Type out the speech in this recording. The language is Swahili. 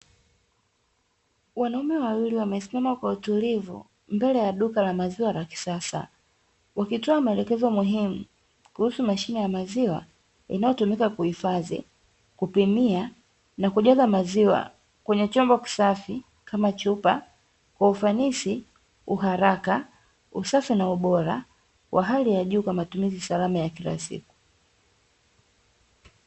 Wanaume wawili wamesimama kwa utulivu mbele ya duka la maziwa la kisasa, wakitoa maelekezo muhimu kuhusu mashine ya maziwa inayotumika kuhifadhi, kupimia na kujaza maziwa kwenye chombo kisafi kama chupa kwa ufanisi, uharaka, usafi na ubora wa hali ya juu kwa matumizi salama ya kila siku.